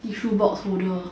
tissue box holder